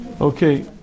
Okay